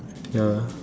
ya